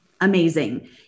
amazing